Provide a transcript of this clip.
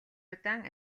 удаан